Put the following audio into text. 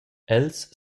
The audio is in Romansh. els